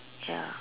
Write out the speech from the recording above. ya